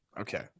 Okay